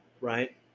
right